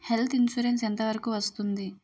Health insurance ఎంత వరకు వస్తుంది?